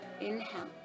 Inhale